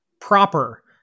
proper